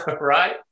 Right